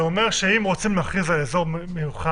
זה אומר שאם רוצים להכריז על אזור מיוחד,